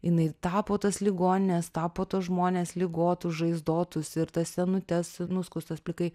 jinai tapo tas ligonines tapo tuos žmones ligotus žaizdotus ir tas senutes nuskustas plikai